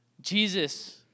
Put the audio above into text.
Jesus